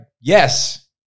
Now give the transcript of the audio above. yes